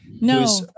no